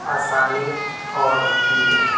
آسانی اور ہوتی گئی